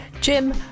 Jim